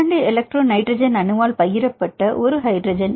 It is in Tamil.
இரண்டு எலக்ட்ரோ நைட்ரஜன் அணுவால் பகிரப்பட்ட ஒரு ஹைட்ரஜன்